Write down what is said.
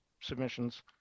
submissions